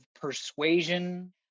persuasion